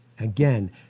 Again